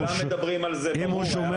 אם הוא שומע אותנו,